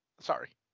Sorry